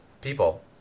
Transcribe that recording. people